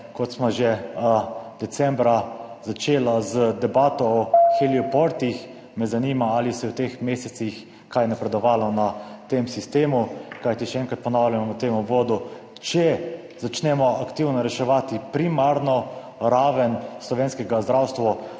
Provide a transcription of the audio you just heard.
finance? Že decembra sva začela debato o heliportih, zato me zanima: Ali se je v teh mesecih kaj napredovalo pri tem sistemu? Kajti, še enkrat ponavljam v tem uvodu, če začnemo aktivno reševati primarno raven slovenskega zdravstva,